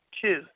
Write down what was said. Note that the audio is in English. two